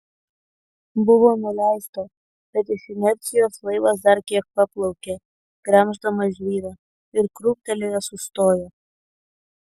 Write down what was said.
buvo nuleista bet iš inercijos laivas dar kiek paplaukė gremždamas žvyrą ir krūptelėjęs sustojo